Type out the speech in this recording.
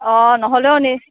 অঁ নহ'লেও নি